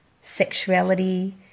sexuality